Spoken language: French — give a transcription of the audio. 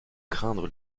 craindre